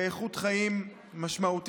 באיכות חיים משמעותית,